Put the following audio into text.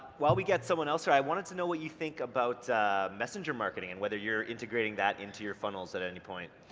while we get someone else there, i wanted to know what you think about messenger marketing and whether you're integrating that into your funnels at any point.